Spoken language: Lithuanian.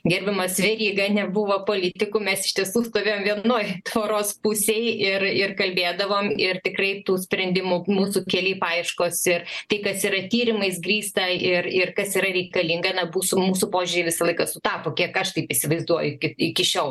gerbiamas veryga nebuvo politiku mes iš tiesų stovėjom vienoj tvoros pusėj ir ir kalbėdavom ir tikrai tų sprendimų mūsų keliai paieškos ir tai kas yra tyrimais grįsta ir ir kas yra reikalinga na būsų mūsų požiūriai visą laiką sutapo kiek aš taip įsivaizduoju kaip iki šiol